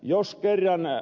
jos kerran ed